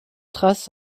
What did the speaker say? traces